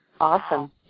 Awesome